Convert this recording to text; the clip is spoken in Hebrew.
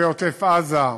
יישובי עוטף-עזה,